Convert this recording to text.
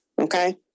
okay